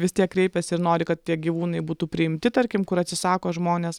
vis tiek kreipiasi ir nori kad tie gyvūnai būtų priimti tarkim kur atsisako žmonės